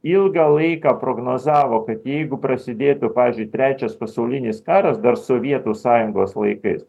ilgą laiką prognozavo kad jeigu prasidėtų pavyzdžiui trečias pasaulinis karas dar sovietų sąjungos laikais